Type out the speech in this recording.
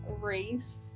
race